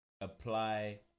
apply